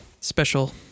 special